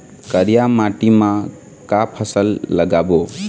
करिया माटी म का फसल लगाबो?